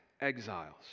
exiles